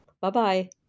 Bye-bye